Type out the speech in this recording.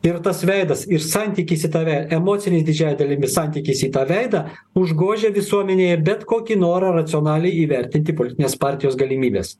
ir tas veidas ir santykis į tave emocinis didžiąja dalimi santykis į tą veidą užgožia visuomenėje bet kokį norą racionaliai įvertinti politinės partijos galimybes